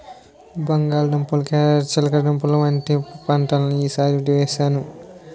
బంగాళ దుంపలు, క్యారేట్ చిలకడదుంపలు వంటి పంటలను ఈ సారి వేసాను